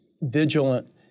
vigilant